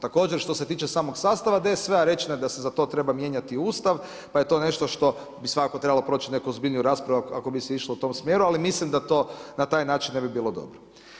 Također, što se tiče samog sastava DSV-a, rečeno je da se za to treba mijenjati Ustav, pa je to nešto što bi svakako trebalo proći neku ozbiljniju raspravu, ako bi se išlo u tom smjeru, ali mislim da to na taj način ne bi bilo dobro.